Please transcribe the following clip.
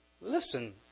Listen